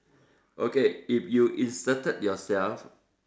okay if you inserted yourself